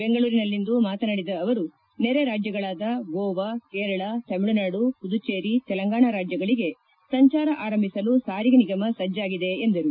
ಬೆಂಗಳೂರಿನಲ್ಲಿಂದು ಮಾತನಾಡಿದ ಆವರು ನೆರೆ ರಾಜ್ಯಗಳಾದ ಗೋವಾ ಕೇರಳ ತಮಿಳುನಾಡು ಪುದುಚೇರಿ ತೆಲಂಗಾಣ ರಾಜ್ಜಗಳಿಗೆ ಸಂಚಾರ ಆರಂಭಿಸಲು ಸಾರಿಗೆ ನಿಗಮ ಸಜ್ಞಾಗಿದೆ ಎಂದರು